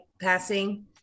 passing